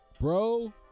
bro